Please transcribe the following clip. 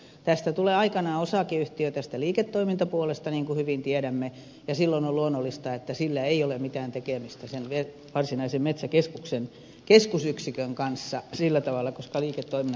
tästä liiketoimintapuolesta tulee aikanaan osakeyhtiö niin kuin hyvin tiedämme ja silloin on luonnollista että sillä ei ole mitään tekemistä sen varsinaisen metsäkeskuksen keskusyksikön kanssa sillä tavalla koska liiketoimintojen pitää olla erillään